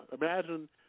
Imagine